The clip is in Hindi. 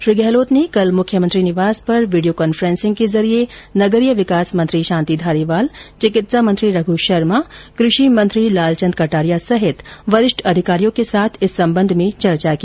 श्री गहलोत ने कल मुख्यमंत्री निवास पर वीडियो कांफ्रेसिंग के जिरिये नगरीय विकास मंत्री शांति धारीवाल चिकित्सा मंत्री रघू शर्मा कृषि मंत्री लालचन्द कटारिया सहित वरिष्ठ अधिकारियों के साथ इस संबंध में चर्चा की